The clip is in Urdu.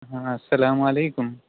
ہاں السلام علیکم